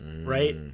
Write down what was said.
right